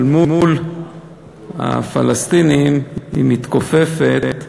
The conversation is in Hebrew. אבל מול הפלסטינים היא מתכופפת,